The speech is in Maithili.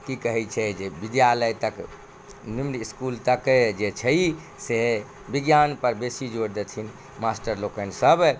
की कहै छै जे विद्यालय तक निम्न इसकुल तक जे छै से विज्ञान पर बेसी जोड़ देथिन मास्टर लोकनि सब